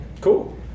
Cool